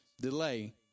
delay